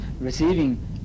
receiving